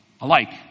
alike